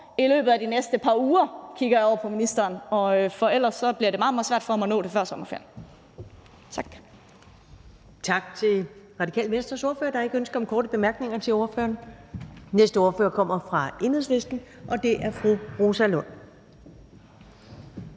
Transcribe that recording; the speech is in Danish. i løbet af de næste par uger – nu kigger jeg over på ministeren – for ellers bliver det meget, meget svært for ham at nå det før sommerferien.